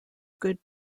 good